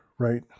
right